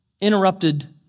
interrupted